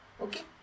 Okay